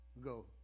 Go